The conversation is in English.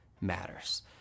matters